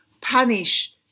punish